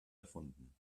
erfunden